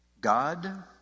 God